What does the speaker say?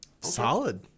Solid